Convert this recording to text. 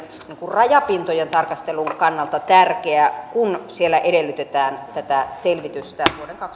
rajapintojen tarkastelun kannalta tärkeä kun siellä edellytetään tätä selvitystä vuoden kaksituhattakahdeksantoista loppuun